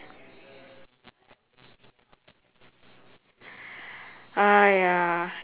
!haiya!